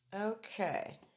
Okay